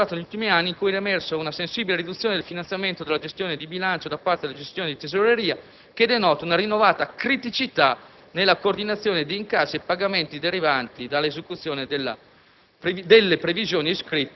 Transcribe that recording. dell'inversione del percorso registrato negli ultimi anni, in cui era emersa una sensibile riduzione del finanziamento della gestione di bilancio da parte della gestione di tesoreria, che denota una rinnovata criticità nella coordinazione di incassi e pagamenti derivanti dall'esecuzione delle